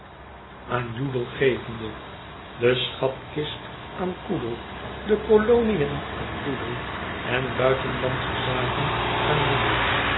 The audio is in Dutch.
aan joodle gevende de schatkist aan koodle de koloniën aan loodle en buitenlandsche zaken aan moodle